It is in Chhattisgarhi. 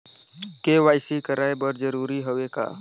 के.वाई.सी कराय बर जरूरी हवे का?